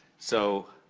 so,